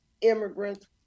immigrants